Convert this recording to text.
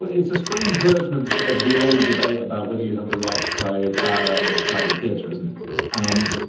ah it's a strange version of of the old debate about whether you have the right to cry fire in a crowded theater, isn't it? um